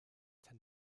tend